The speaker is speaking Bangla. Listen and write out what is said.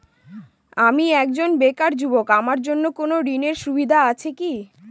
আমি একজন বেকার যুবক আমার জন্য কোন ঋণের সুবিধা আছে কি?